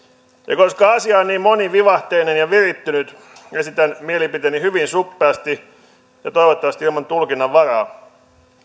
ja koska asia on niin monivivahteinen ja virittynyt esitän mielipiteeni hyvin suppeasti ja toivottavasti ilman tulkinnanvaraa